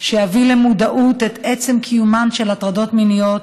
שיביא למודעות את עצם קיומן של הטרדות מיניות